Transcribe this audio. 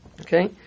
Okay